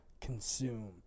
consume